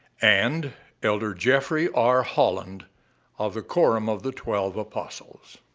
and elder jeffrey r. holland of the quorum of the twelve apostles.